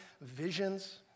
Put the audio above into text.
visions